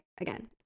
again